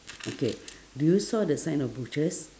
okay do you saw the sign of butchers